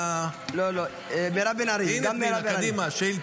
קדימה, שאילתה.